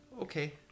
Okay